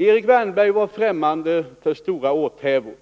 Erik Wärnberg var främmande för stora åthävor